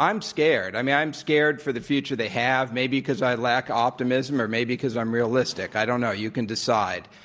i'm scared. i mean, i'm scared for the future they have maybe because i lack optimism or maybe because i'm realistic. i don't know. you can decide.